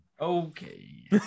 Okay